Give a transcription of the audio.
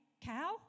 cow